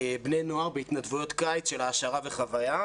בני נוער בהתנדבות קיץ של העשרה וחוויה,